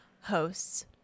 hosts